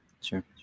Sure